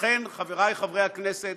לכן, חבריי חברי הכנסת,